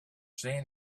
seen